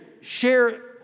Share